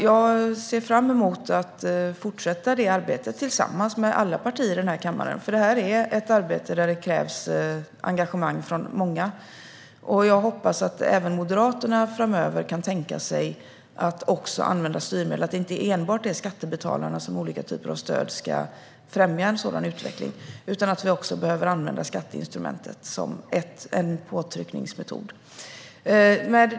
Jag ser fram emot att fortsätta detta arbete tillsammans med alla partier i den här kammaren, för det här är ett arbete där det krävs engagemang från många. Jag hoppas att även Moderaterna framöver kan tänka sig att använda skatter som styrmedel. Det är inte enbart skattebetalarna som med olika typer av stöd ska främja en sådan utveckling, utan vi behöver också använda skatteinstrumentet som en påtryckningsmetod.